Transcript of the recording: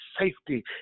safety